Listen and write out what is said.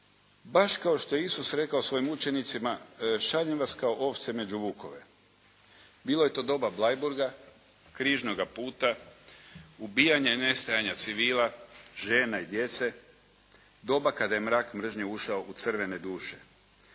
Baš kao što je Isus rekao svojim učenicima, šaljem vas kao ovce među vukove.". Bilo je to doba Bleiburga, Križnoga puta, ubijanja i nestajanja civila, žena i djece, doba kada je mrak mržnje ušao u crvene duše.